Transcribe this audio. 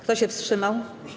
Kto się wstrzymał?